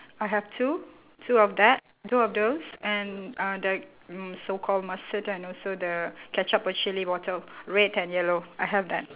I have two two of that two of those and uh the mm so called mustard and also the ketchup or chilli bottle red and yellow I have that